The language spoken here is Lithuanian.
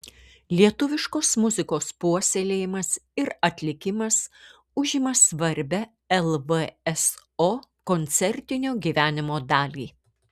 lietuviškos muzikos puoselėjimas ir atlikimas užima svarbią lvso koncertinio gyvenimo dalį